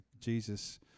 jesus